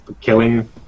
killing